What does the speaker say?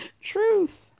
Truth